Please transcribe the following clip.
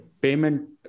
payment